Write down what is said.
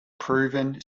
proven